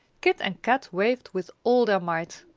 kit and kat waved with all their might,